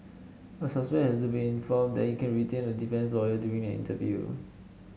a suspect has to be informed that he can retain a defence lawyer during an interview